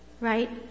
Right